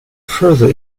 further